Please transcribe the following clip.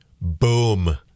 Boom